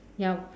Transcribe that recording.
ya